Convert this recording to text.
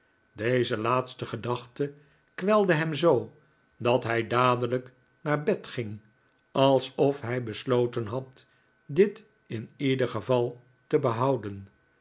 deze laatste gedachte kwelde hem zoo dat hij dadelijk naar bed ging alsof hij besloten had dit in ieder geval te behouden